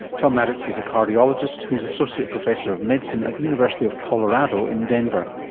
tom maddox is a cardiologist who's associate professor of medicine at the university of colorado in denver.